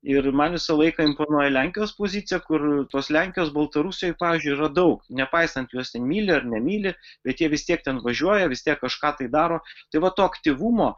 ir man visą laiką imponuoja lenkijos poziciją kur tos lenkijos baltarusijoj pavyzdžiui yra daug nepaisant juos ten myli ar nemyli bet jie vis tiek ten važiuoja vis tiek kažką tai daro tai va to aktyvumo